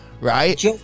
right